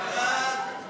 בעד 59,